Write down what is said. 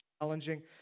challenging